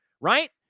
right